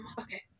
Okay